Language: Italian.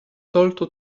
tolto